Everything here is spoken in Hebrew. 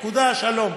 נקודה, שלום.